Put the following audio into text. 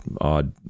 odd